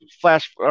flash